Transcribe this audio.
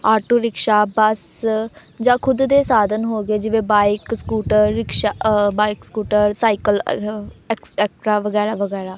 auto rickshaw bus ਜਾਂ ਖੁਦ ਦੇ ਸਾਧਨ ਹੋ ਗਏ ਜਿਵੇਂ ਬਾਈਕ ਸਕੂਟਰ ਰਿਕਸ਼ਾ ਸੈਕਟਰਾਂ ਬਾਈਕ ਸਕੂਟਰ ਸਾਈਕਲ ਐਟਸੈਕਟਰਾ ਵਗੈਰਾ ਵਗੈਰਾ